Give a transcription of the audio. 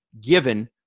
given